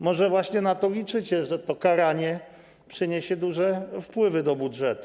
Może właśnie na to liczycie, że to karanie przyniesie duże wpływy do budżetu.